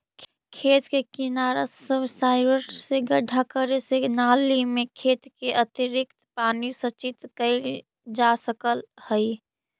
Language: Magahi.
खेत के किनारा सबसॉइलर से गड्ढा करे से नालि में खेत के अतिरिक्त पानी संचित कइल जा सकऽ हई